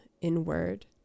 inward